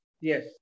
Yes